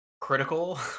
critical